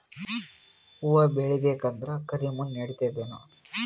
ಹುವ ಬೇಳಿ ಬೇಕಂದ್ರ ಕರಿಮಣ್ ನಡಿತದೇನು?